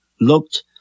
looked